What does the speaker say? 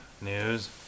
news